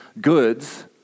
goods